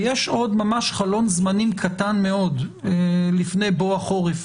ויש עוד ממש חלון זמנים קטן מאוד לפני בוא החורף